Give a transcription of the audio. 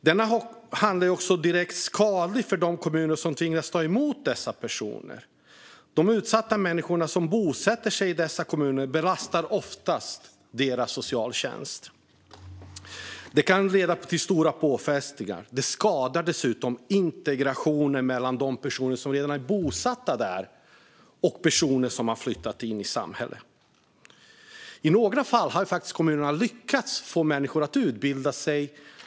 Detta handlande är direkt skadligt för de kommuner som tvingas ta emot dessa personer. De utsatta människor som bosätter sig i dessa kommuner belastar oftast deras socialtjänst. Det kan leda till stora påfrestningar. Det skadar dessutom integrationen mellan de personer som redan är bosatta där och personer som har flyttat in i samhället. I några fall har kommunerna faktiskt lyckats få människor att utbilda sig.